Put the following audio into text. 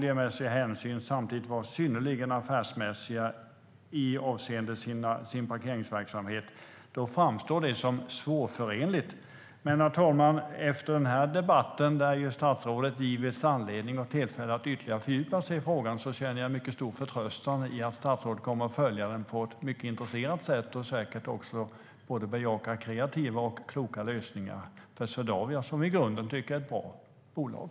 Jag känner delaktighet i det, eftersom jag vet att det inte är något nytt uppdrag som har givits. Herr talman! Efter den här debatten där statsrådet givits anledning och tillfälle att ytterligare fördjupa sig i frågan känner jag mycket stor förtröstan i att statsrådet kommer att följa frågan på ett mycket intresserat sätt och säkert också bejaka både kreativa och kloka lösningar för Swedavia, som jag i grunden tycker är ett bra bolag.